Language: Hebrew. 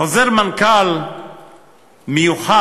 בחוזר מנכ"ל מיוחד,